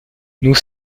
nous